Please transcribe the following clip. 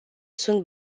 sunt